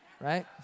right